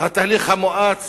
התהליך המואץ